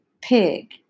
pig